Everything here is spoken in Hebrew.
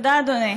תודה, אדוני.